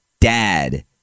dad